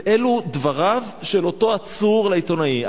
אלו דבריו של אותו עצור לעיתונאי.